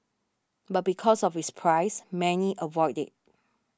but because of its price many avoid it